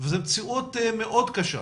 וזו מציאות מאוד קשה.